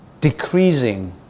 decreasing